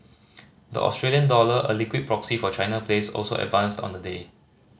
the Australia dollar a liquid proxy for China plays also advanced on the day